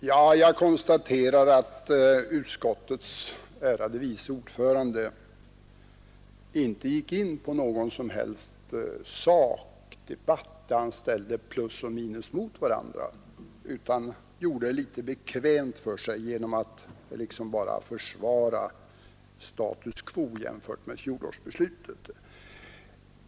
Herr talman! Jag konstaterar att utskottets ärade vice ordförande inte gick in på någon som helst sakdebatt, där han ställde plus och minus mot varandra, utan han gjorde det rätt bekvämt för sig genom att liksom bara försvara status quo, jämfört med fjolårets beslut.